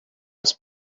als